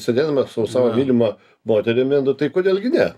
sėdėdamas su savo mylima moterimi nu tai kodėl gi ne